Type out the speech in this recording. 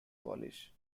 polish